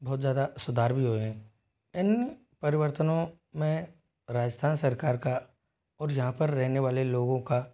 बहुत ज़्यादा सुधार भी हुए हैं इन परिवर्तनों में राजस्थान सरकार का और यहाँ पर रहने वाले लोगों का